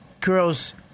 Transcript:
girls